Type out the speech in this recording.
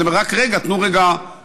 אני אומר: רק רגע, תנו רגע לעצור.